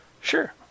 Sure